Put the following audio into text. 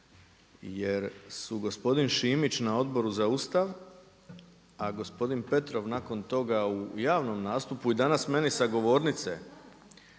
jer su gospodin Šimić na Odboru za Ustav a gospodin Petrov nakon toga u javnom nastupu i danas meni sa govornice